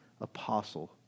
apostle